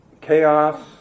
chaos